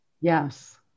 Yes